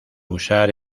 usar